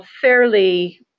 fairly